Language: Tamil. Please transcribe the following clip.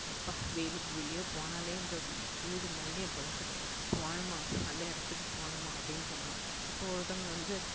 எப்பா வெயில் வெளியே போனாலே இந்த சூடு மண்டையை பிளக்குது போகணுமா அந்த இடத்துக்கு போகணுமா அப்படின்னு தோணும் இப்போ ஒருத்தவங்கள் வந்து